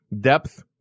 depth